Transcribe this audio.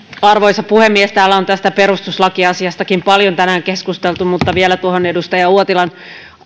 arvoisa puhemies täällä on tästä perustuslakiasiastakin paljon tänään keskusteltu mutta vielä tuohon edustaja uotilan